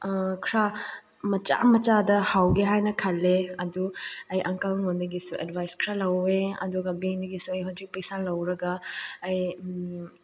ꯈꯔ ꯃꯆꯥ ꯃꯆꯥꯗ ꯍꯧꯒꯦ ꯍꯥꯏꯅ ꯈꯜꯂꯦ ꯑꯗꯨ ꯑꯩ ꯑꯪꯀꯜ ꯃꯉꯣꯟꯗꯒꯤꯁꯨ ꯑꯦꯗꯚꯥꯏꯁ ꯈ ꯔ ꯂꯧꯋꯦ ꯑꯗꯨꯒ ꯕꯦꯡꯗꯒꯤꯁꯨ ꯑꯩ ꯍꯧꯖꯤꯛ ꯄꯩꯁꯥ ꯂꯧꯔꯒ ꯑꯩ